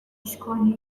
عصبانیش